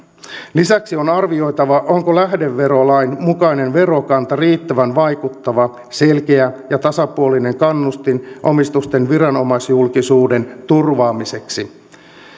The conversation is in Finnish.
lisäksi on arvioitava onko lähdeverolain mukainen verokanta riittävän vaikuttava selkeä ja tasapuolinen kannustin omistusten viranomaisjulkisuuden turvaamiseksi